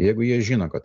jeigu jie žino kad